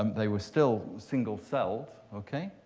um they were still single-celled. ok?